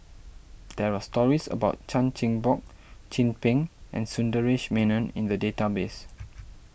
there are stories about Chan Chin Bock Chin Peng and Sundaresh Menon in the database